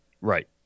Right